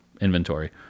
inventory